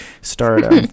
start